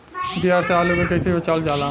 दियार से आलू के कइसे बचावल जाला?